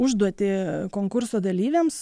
užduotį konkurso dalyviams